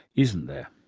isn't there?